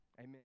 Amen